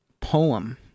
Poem